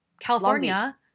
California